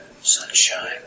Sunshine